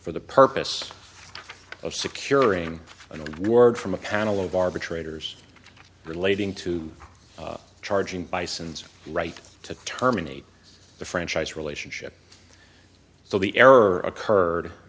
for the purpose of securing an odd word from a panel of arbitrators relating to charging bisons right to terminate the franchise relationship so the error occurred